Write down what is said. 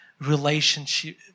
relationship